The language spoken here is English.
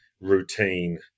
routine